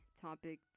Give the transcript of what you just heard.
topic